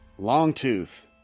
Longtooth